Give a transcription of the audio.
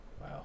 wow